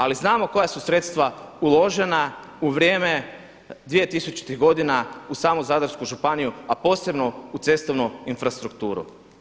Ali znamo koja su sredstva uložena u vrijeme 2000. godina u samu Zadarsku županiju a posebno u cestovnu infrastrukturu.